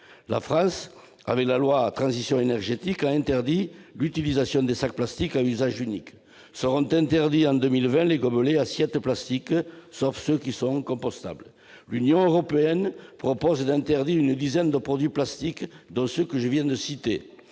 pour la croissance verte, a interdit l'utilisation des sacs plastiques à usage unique. Seront interdits en 2020 les gobelets et assiettes en plastique, sauf ceux qui sont compostables. L'Union européenne propose d'interdire une dizaine de produits plastiques, dont ceux que je viens de citer.